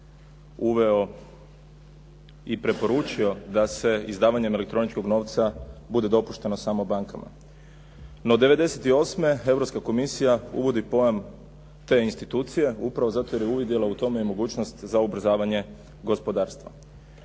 uveo i preporučio da se izdavanjem elektroničkog novca bude dopušteno samo bankama. No '98. Europska komisija uvodi pojam te institucije upravo zato jer je uvidjela u tome mogućnost za ubrzavanje gospodarstva.